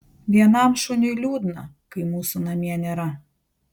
vienam šuniui liūdna kai mūsų namie nėra